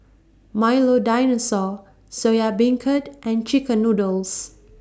Milo Dinosaur Soya Beancurd and Chicken Noodles